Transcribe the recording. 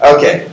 Okay